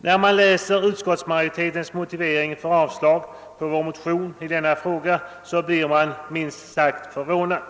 När man läser utskottsmajoritetens motivering för avslag på vår motion i denna fråga blir man minst sagt förvånad.